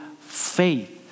faith